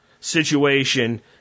situation